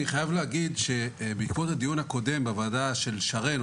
אני חייב להגיד שבעקבות הדיון הקודם בוועדה של שרן,